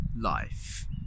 life